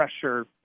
pressure